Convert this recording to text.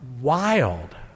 wild